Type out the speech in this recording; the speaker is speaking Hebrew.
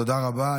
תודה רבה.